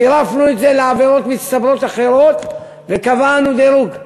צירפנו את זה לעבירות מצטברות אחרות וקבענו דירוג.